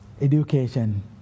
education